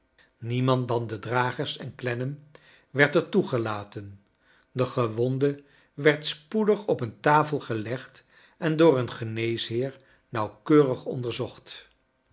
niemand dan de dragers en clennam werd er toegelaten de gewonde werd spoedig op een ta fel gelegd en door een geneesheer nauwkeurig onderzocht